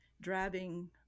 driving